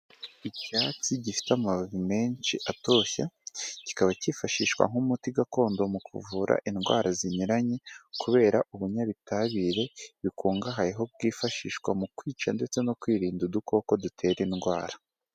Icyatsi gifite amababi menshi atoshye, kikaba cyifashishwa nk'umuti gakondo mu kuvura indwara zinyuranye, kubera ubunyabitabire bikungahayeho bwifashishwa mu kwica ndetse no kwirinda udukoko dutera indwara.